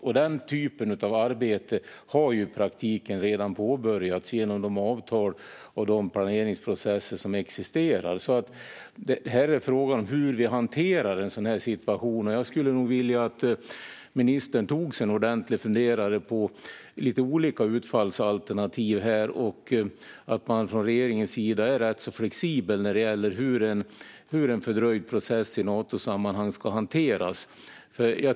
Detta arbete har i praktiken redan påbörjats genom de avtal och planeringsprocesser som existerar. Frågan är hur vi hanterar situationen. Jag vill nog att ministern tar sig en ordentlig funderare om lite olika utfallsalternativ och att man i regeringen är flexibel när det gäller hur en fördröjd process i Natosammanhang ska hanteras.